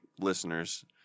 listeners